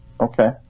okay